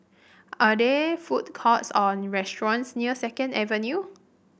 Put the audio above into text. are there food courts or restaurants near Second Avenue